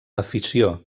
afició